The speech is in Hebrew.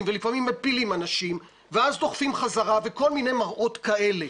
ולפעמים מפילים אנשים ואז דוחפים חזרה וכל מיני מראות כאלה.